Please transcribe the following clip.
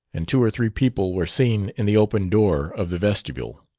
and two or three people were seen in the open door of the vestibule.